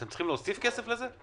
אתם צריכים להוסיף כסף לזה?